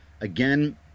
again